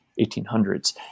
1800s